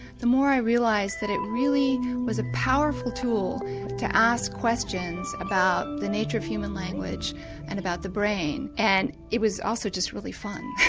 the more i realised that it really was a powerful tool to ask questions about the nature of human language and about the brain. and, it was also just really fun.